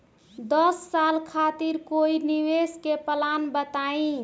दस साल खातिर कोई निवेश के प्लान बताई?